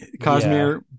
Cosmere